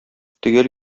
төгәл